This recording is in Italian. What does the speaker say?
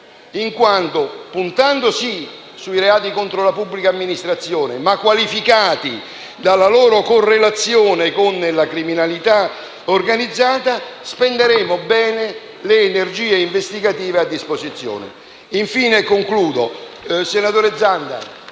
in quanto, puntando - sì - sui reati contro la pubblica amministrazione, ma qualificati dalla loro correlazione con la criminalità organizzata, spenderemmo bene le energie investigative a disposizione.